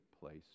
place